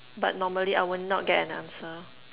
but normally I will not get an answer